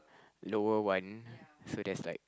lower one so that's like